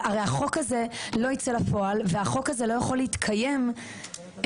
הרי החוק הזה לא ייצא לפועל והחוק הזה לא יכול להתקיים פיזית,